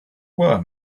were